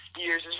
years